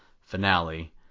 finale